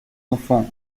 enfants